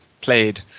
played